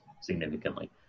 significantly